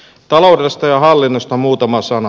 taloudesta ja hallinnosta muutama sana